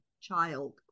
child